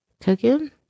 Cooking